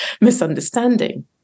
misunderstanding